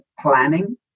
planning